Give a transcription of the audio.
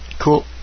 Cool